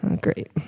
great